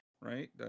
right